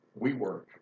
WeWork